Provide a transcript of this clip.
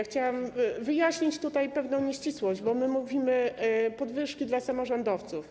Chciałam wyjaśnić tutaj pewną nieścisłość, bo my mówimy: podwyżki dla samorządowców.